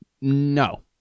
No